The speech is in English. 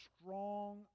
strong